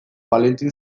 valentin